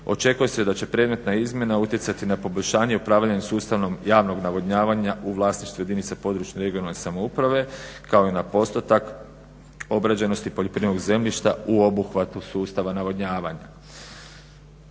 Očekuje se da će predmetna izmjena utjecati na poboljšanje i upravljanje sustavom javnog navodnjavanja u vlasništvu jedinice područne, regionalne samouprave, kao i na postotak obrađenosti poljoprivrednog zemljišta u obuhvatu sustava navodnjavanja.